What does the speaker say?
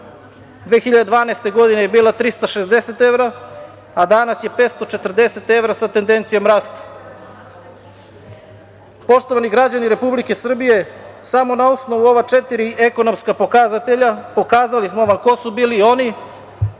2012. godine je bila 360 evra, a danas je 540 evra sa tendencijom rasta. Poštovani građani Republike Srbije, samo na osnovu ova četiri ekonomska pokazatelja pokazali smo vam ko su bili oni